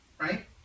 Right